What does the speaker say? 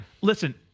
Listen